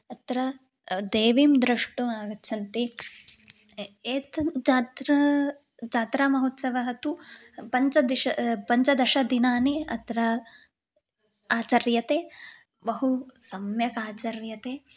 अत्र देवीं द्रष्टुम् आगच्छन्ति ए एतत् जात्रा जात्रा महोत्सवः तु पञ्चदिश पञ्चदशदिनानि अत्र आचर्यते बहु सम्यक् आचर्यते